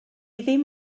ddim